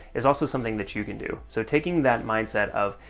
is also something that you can do. so taking that mindset of,